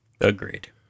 Agreed